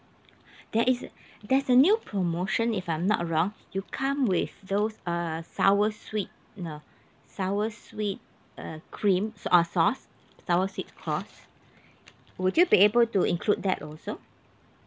there is there's a new promotion if I'm not wrong you come with those uh sour sweet no sour sweet uh cream uh sauce sour sweet sauce would you be able to include that also